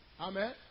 Amen